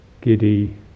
giddy